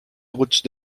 rutscht